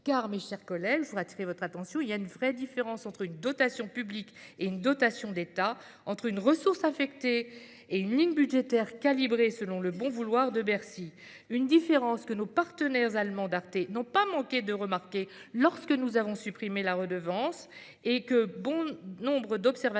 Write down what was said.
Car il y a une vraie différence entre une dotation publique et une dotation d'État, entre une ressource affectée et une ligne budgétaire calibrée selon le bon vouloir de Bercy ! Cette différence, nos partenaires allemands d'Arte n'ont pas manqué de la souligner lorsque nous avons supprimé la redevance. Pour eux et pour nombre d'observateurs